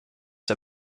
der